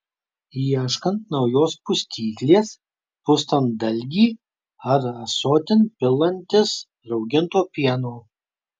ieškant naujos pustyklės pustant dalgį ar ąsotin pilantis rauginto pieno